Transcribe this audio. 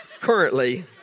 currently